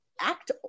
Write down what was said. act